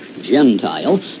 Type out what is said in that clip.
Gentile